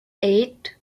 eight